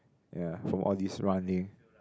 ya from all this running